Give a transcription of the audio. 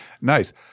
Nice